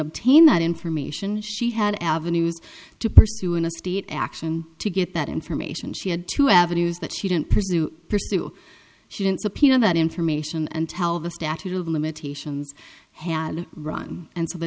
obtain that information she had avenues to pursue in a state action to get that information she had two avenues that she didn't pursue pursue she didn't subpoena that information and tell the statute of limitations had run and so the